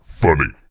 funny